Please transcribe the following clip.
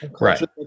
right